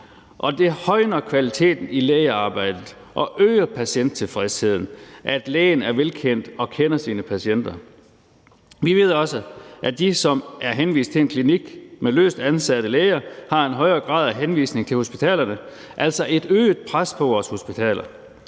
det højner kvaliteten i lægearbejdet og øger patienttilfredsheden, at lægen er velkendt og kender sine patienter. Vi ved også, at de, som er henvist til en klinik med løstansatte læger, har en højere grad af henvisninger til hospitalerne, altså et øget pres på vores hospitaler.